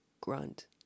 grunt